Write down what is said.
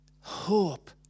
Hope